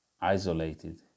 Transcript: isolated